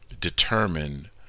determine